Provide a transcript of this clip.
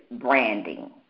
branding